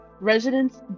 ...residents